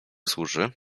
służy